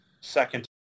second